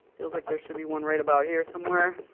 feels like there should be one right about here somewhere.